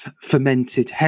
fermented